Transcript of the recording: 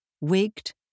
wigged